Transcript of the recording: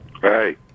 Hey